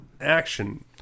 action